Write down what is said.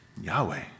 Yahweh